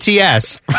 ats